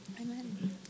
Amen